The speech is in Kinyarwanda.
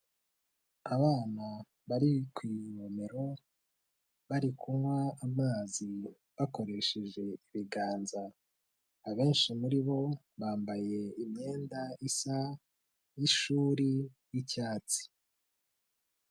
Abana bari ku ivomero bari kunywa amazi bakoresheje ibiganza, abenshi muri bo bambaye imyenda isa y'ishuri y'icyatsi.